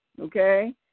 Okay